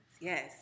Yes